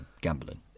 gambling